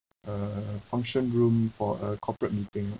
uh function room for a corporate meeting